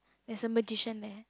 there's a magician there